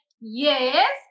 yes